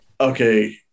okay